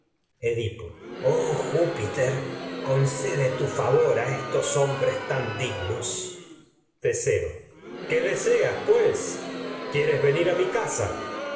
oh júpiter concede tu edipo favor a estos hom bres tan dignos teseo qué deseas pues quieres venir a mi casa